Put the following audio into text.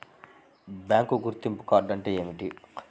Bank గుర్తింపు card అంటే ఏమిటి?